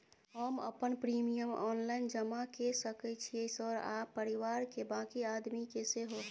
हम अपन premium online जमा के सके छियै सर आ परिवार के बाँकी आदमी के सेहो?